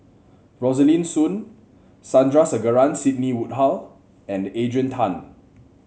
Rosaline Soon Sandrasegaran Sidney Woodhull and Adrian Tan